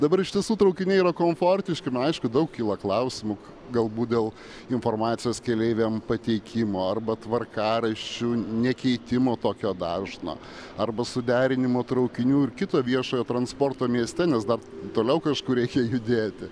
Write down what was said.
dabar iš tiesų traukiniai yra komfortiški man aišku daug kyla klausimų galbūt dėl informacijos keleiviam pateikimo arba tvarkaraščių nekeitimo tokio dažnio arba suderinimo traukinių ir kito viešojo transporto mieste nes dar toliau kažkur reikia judėti